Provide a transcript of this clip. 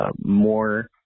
more